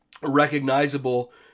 recognizable